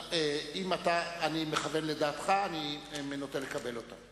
אם אני מכוון לדעתך, אני נוטה לקבל אותה.